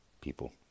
people